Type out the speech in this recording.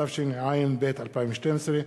התשע"ב 2012,